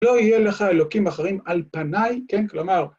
‫"לא יהיה לך אלוקים אחרים על פניי", ‫כן? כלומר...